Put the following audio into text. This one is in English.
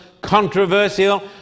controversial